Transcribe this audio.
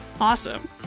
Awesome